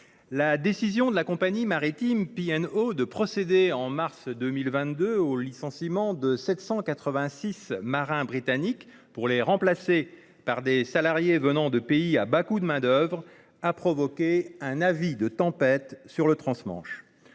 la décision de la compagnie maritime P&O Ferries de procéder, en mars 2022, au licenciement de 786 marins britanniques pour les remplacer par des salariés venant de pays à bas coût de main-d'oeuvre a provoqué un avis de tempête sur le transmanche.